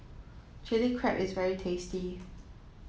chili crab is very tasty